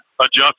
Adjust